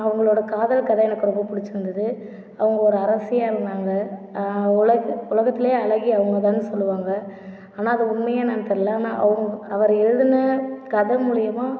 அவங்களோட காதல் கதை எனக்கு ரொம்ப பிடிச்சிருந்துது அவங்க ஒரு அரசியாக இருந்தாங்க உல உலகத்தில் அழகி அவங்கதானு சொல்லுவாங்கள் ஆனால் அதை உண்மையா என்னெனு தெரியல ஆனால் அவர் அவர் எழுதின கதை மூலிமா